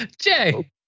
Jay